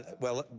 well,